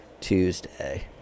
Tuesday